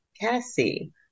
Cassie